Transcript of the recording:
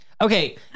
okay